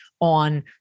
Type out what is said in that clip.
on